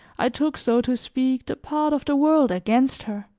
i took, so to speak, the part of the world against her.